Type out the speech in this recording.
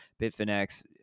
Bitfinex